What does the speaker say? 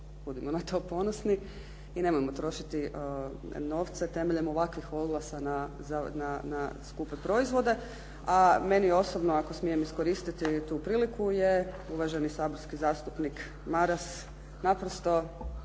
budimo na to ponosni i nemojmo trošiti novce temeljem ovakvih oglasa na skupe proizvode. A meni osobno ako smijem iskoristiti tu priliku je uvaženi saborski zastupnik Maras naprosto